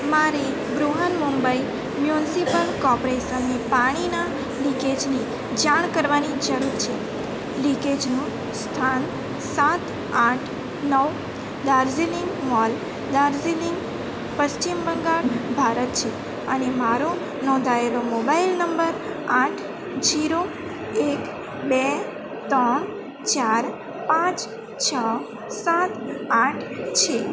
મારી ગૃહન મુંબઈ મ્યુનસીપલ કોર્પરેશનની પાણીના લિકેજની જાણ કરવાની જરૂર છે લિકેજમાં સ્થાન સાત આઠ નવ દાર્જીલિંગ મોલ દાર્જીલિંગ પશ્ચિમ બંગાળ ભારત છે અને મારો નોંધાએલો મોબાઈલ નંબર આઠ જીરો એક બે ત્રણ ચાર પાંચ છ સાત આઠ છે